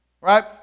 Right